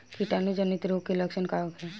कीटाणु जनित रोग के लक्षण का होखे?